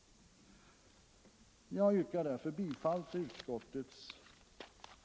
Jag yrkar därför bifall till utskottets betänkande.